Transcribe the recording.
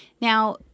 Now